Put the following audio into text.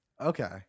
Okay